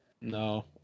No